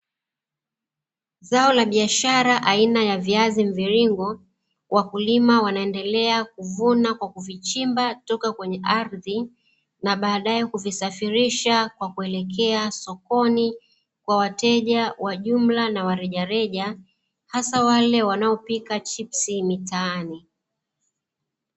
Zao la biashara aina ya viazi mviringo, wakulima wanaendelea kuvuna kwa kuvichimba kutoka kwenye ardhi, na baadae kuvisafirisha kwa kuelekea sokoni kwa wateja wa jumla na wa rejareja, hasa wale wanaopika chipsi mitaani.